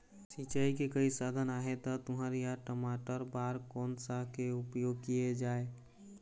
सिचाई के कई साधन आहे ता तुंहर या टमाटर बार कोन सा के उपयोग किए जाए?